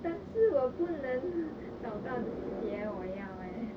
但是我不能找到 the 鞋我要 eh